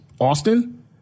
Austin